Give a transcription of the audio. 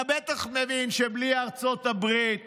אתה בטח מבין שבלי ארצות הברית